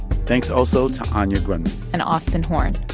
thanks also to anya grundmann and austin horn.